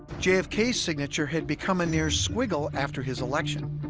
jfk's signature had become a near squiggle after his election